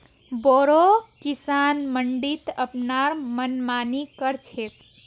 बोरो किसान मंडीत अपनार मनमानी कर छेक